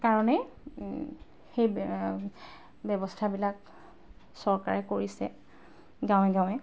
কাৰণে সেই ব্যৱস্থাবিলাক চৰকাৰে কৰিছে গাঁৱে গাঁৱে